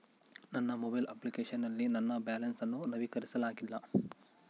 ನನ್ನ mobile application ನಲ್ಲಿ ನನ್ನ ಬ್ಯಾಲೆನ್ಸ್ ಅನ್ನು ನವೀಕರಿಸಲಾಗಿಲ್ಲ